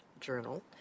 journal